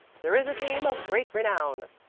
there is a team of great renown.